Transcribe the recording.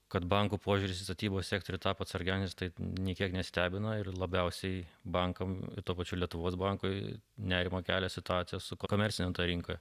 kad bankų požiūris į statybos sektorių tapo atsargesnis tai nė kiek nestebino ir labiausiai bankam tuo pačiu lietuvos bankui nerimą kelia situacija su komercine rinka